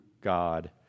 God